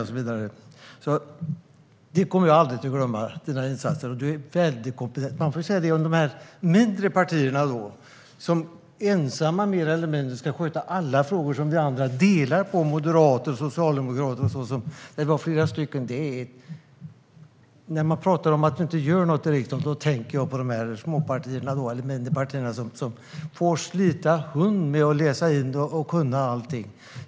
Detta och dina insatser kommer jag aldrig att glömma. Du är väldigt kompetent. Man måste säga det om ledamöterna från de mindre partierna. De ensamma får sköta alla frågor som vi andra - socialdemokrater och moderater - delar på. När folk säger att vi i riksdagen ingenting gör tänker jag på de mindre partierna som får slita hund med att läsa in och kunna allting.